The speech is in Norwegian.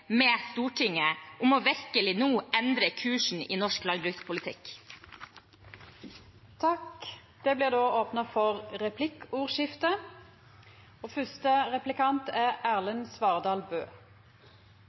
med Stortinget om å virkelig nå endre kursen i norsk landbrukspolitikk. Det blir replikkordskifte. Først vil jeg gratulere statsråden med utnevnelsen. Det er